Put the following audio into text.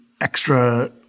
extra